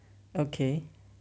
okay